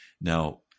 Now